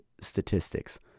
statistics